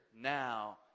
now